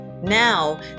now